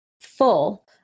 full